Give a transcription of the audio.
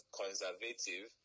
conservative